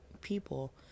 people